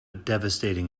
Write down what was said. devastating